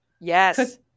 yes